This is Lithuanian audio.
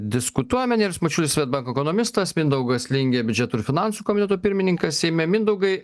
diskutuojame nerijus mačiulis swedbank ekonomistas mindaugas lingė biudžeto ir finansų komiteto pirmininkas seime mindaugai